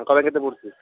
ତାଙ୍କର କେତେ ପଡ଼ୁଛି